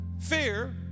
fear